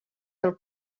del